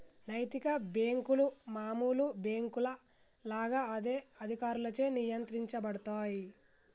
నైతిక బ్యేంకులు మామూలు బ్యేంకుల లాగా అదే అధికారులచే నియంత్రించబడతయ్